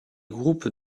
groupes